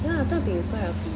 no lah 蛋饼 is quite healthy